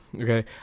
okay